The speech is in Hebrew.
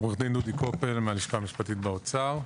עו"ד דודי קופל מהלשכה המשפטית באוצר.